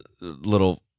little